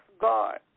God